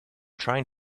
trying